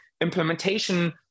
implementation